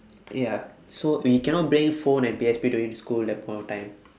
ya so we cannot bring phone and P_S_P during to school that point of time